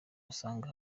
usanga